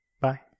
Bye